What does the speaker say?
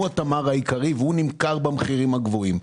הוא התמר העיקרי והוא נמכר במחירים הגבוהים.